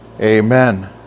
amen